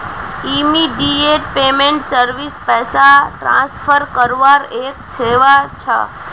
immediate payment service पैसा transfer करवार एक सेवा छ